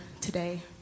today